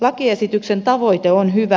lakiesityksen tavoite on hyvä